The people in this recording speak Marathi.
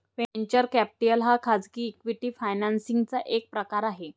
वेंचर कॅपिटल हा खाजगी इक्विटी फायनान्सिंग चा एक प्रकार आहे